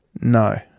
No